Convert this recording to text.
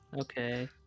Okay